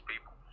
people